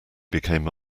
became